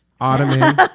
Ottoman